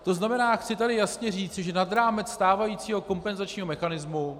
To znamená, chci tu jasně říci, že nad rámec stávajícího kompenzačního mechanismu...